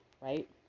Right